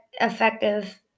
effective